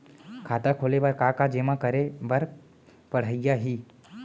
खाता खोले बर का का जेमा करे बर पढ़इया ही?